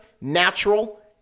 natural